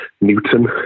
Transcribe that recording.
Newton